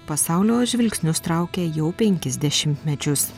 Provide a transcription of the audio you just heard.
pasaulio žvilgsnius traukė jau penkis dešimtmečius